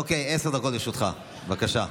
אוקיי, עשר דקות לרשותך, בבקשה.